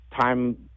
time